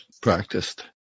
practiced